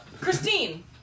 Christine